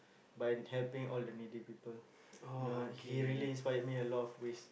by helping all the needy people you know he really inspired me a lot of ways